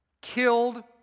killed